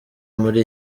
muri